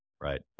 Right